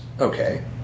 Okay